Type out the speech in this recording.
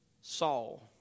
Saul